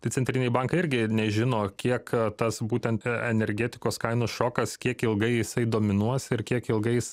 tai centriniai bankai irgi nežino kiek tas būtent energetikos kainų šokas kiek ilgai jisai dominuos ir kiek ilgai jis